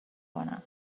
کنم